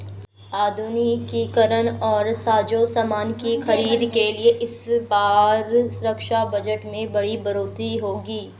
आधुनिकीकरण और साजोसामान की खरीद के लिए इस बार रक्षा बजट में बड़ी बढ़ोतरी होगी